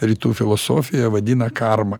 rytų filosofija vadina karma